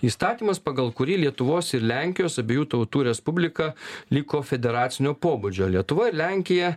įstatymas pagal kurį lietuvos ir lenkijos abiejų tautų respublika liko federacinio pobūdžio lietuva ir lenkija